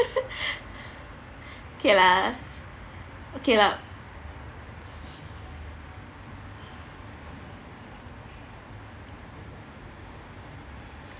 okay lah okay lah